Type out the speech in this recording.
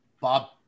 Bob